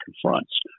confronts